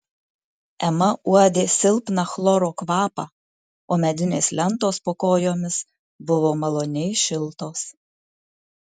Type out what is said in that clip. ema uodė silpną chloro kvapą o medinės lentos po kojomis buvo maloniai šiltos